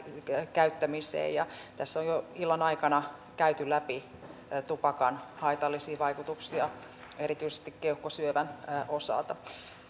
käyttämiseen tässä on jo illan aikana käyty läpi tupakan haitallisia vaikutuksia erityisesti keuhkosyövän osalta